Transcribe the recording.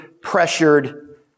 pressured